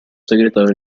segretario